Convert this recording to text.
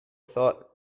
thought